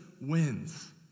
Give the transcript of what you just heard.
wins